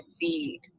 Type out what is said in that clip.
feed